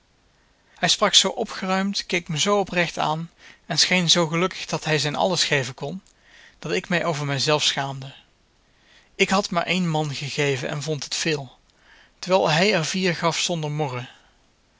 hij sprak zoo opgeruimd keek me zoo oprecht aan en scheen zoo gelukkig dat hij zijn alles geven kon dat ik mij over mijzelf schaamde ik had maar één man gegeven en vond het veel terwijl hij er vier gaf zonder morren